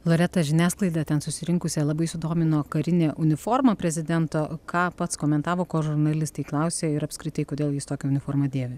loreta žiniasklaidą ten susirinkusią labai sudomino karinė uniforma prezidento ką pats komentavo ko žurnalistai klausė ir apskritai kodėl jis tokią uniformą dėvi